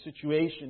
situation